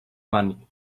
money